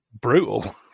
brutal